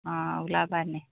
অঁ ওলাবা এনে